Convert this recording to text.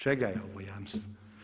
Čega je ovo jamstvo?